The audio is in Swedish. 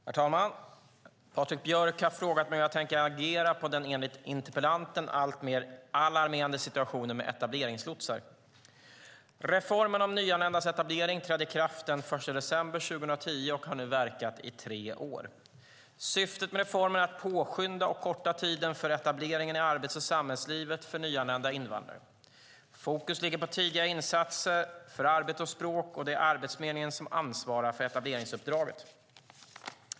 Herr talman! Patrik Björck har frågat mig hur jag tänker agera på den enligt interpellanten alltmer alarmerande situationen med etableringslotsar. Reformen om nyanländas etablering trädde i kraft den 1 december 2010 och har nu verkat i tre år. Syftet med reformen är att påskynda och korta tiden för etableringen i arbets och samhällslivet för nyanlända invandrare. Fokus ligger på tidiga insatser för arbete och språk, och det är Arbetsförmedlingen som ansvarar för etableringsuppdraget.